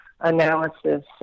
analysis